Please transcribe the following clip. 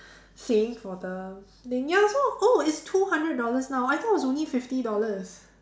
saying for the thing ya so oh it's two hundred dollars now I thought it was only fifty dollars